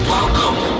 Welcome